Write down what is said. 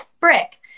Brick